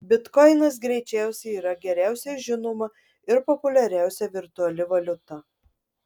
bitkoinas greičiausiai yra geriausiai žinoma ir populiariausia virtuali valiuta